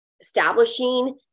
establishing